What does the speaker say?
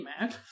Mac